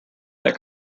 that